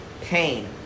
pain